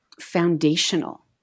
foundational